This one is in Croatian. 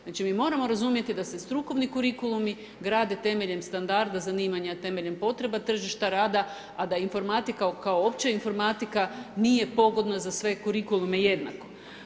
Znači mi moramo razumjeti da se strukovni kurikulumi grade temeljem standarda, zanimanja i temeljem potreba tržišta rada a da informatika kao opća informatika nije pogodna za sve kurikuluma jednako.